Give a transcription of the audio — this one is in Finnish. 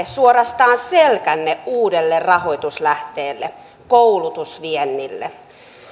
suorastaan käännätte selkänne uudelle rahoituslähteelle koulutusviennille